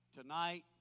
tonight